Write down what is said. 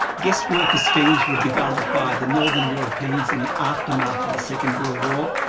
guest worker schemes were developed by the northern europeans in the aftermath of the second world war,